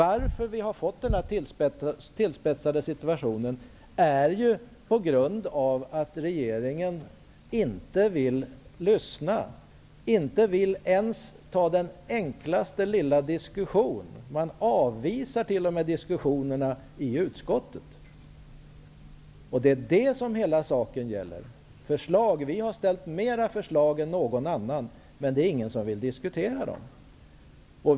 Anledningen till att den här tillspetsade situationen har uppstått är ju att regeringen inte vill lyssna, inte vill föra ens den enklaste lilla diskussion. Man avvisar diskussioner t.o.m. i utskottet. Det är det som hela saken gäller. Vi har ställt fler förslag än något annat parti, men det är ingen som vill diskutera dem.